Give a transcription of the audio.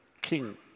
king